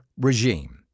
regime